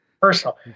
personal